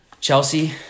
Chelsea